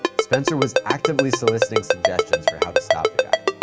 spencer was actively soliciting suggestions for how to stop the guy.